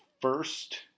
first